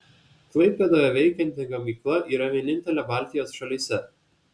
klaipėdoje veikianti gamykla yra vienintelė baltijos šalyse